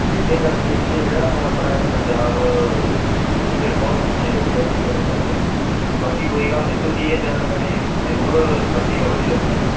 ਇਸ ਕਰਕੇ ਕੀ ਹੈ ਜਿਹੜਾ ਹੁਣ ਆਪਣਾ ਇਹ ਪੰਜਾਬ ਫਿਰ ਬਹੁਤ ਪਿੱਛੇ ਹੋ ਗਿਆ ਇਹ ਚੀਜ਼ਾਂ ਨੂੰ ਲੈ ਕੇ ਬਾਕੀ ਕੋਈ ਗੱਲ ਨਹੀਂ ਤੁਸੀਂ ਇਹ ਜਾਣਕਾਰੀ ਜ਼ਰੂਰ ਸਾਂਝੀ ਕਰੋ ਜੀ ਅੱਗੇ